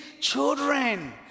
children